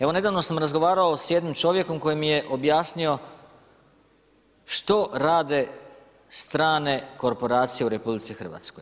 Evo, nedavno sam razgovarao s jednim čovjekom koji mi je objasnio što rade strane korporacije u RH.